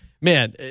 man